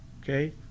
Okay